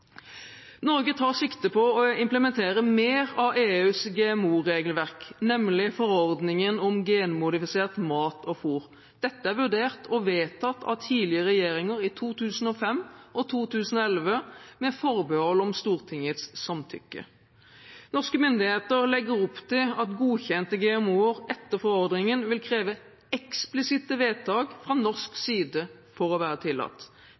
Norge tar sikte på å implementere mer av EUs GMO-regelverk, nemlig forordningen om genmodifisert mat og fôr. Dette er vurdert og vedtatt av tidligere regjeringer i 2005 og 2011 med forbehold om Stortingets samtykke. Norske myndigheter legger opp til at godkjente GMO-er etter forordningen vil kreve eksplisitte vedtak fra norsk side for å være tillatt.